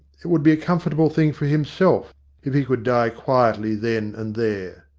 it would be a comfortable thing for himself if he could die quietly then and there.